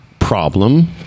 Problem